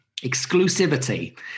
exclusivity